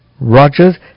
Rogers